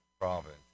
province